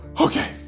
okay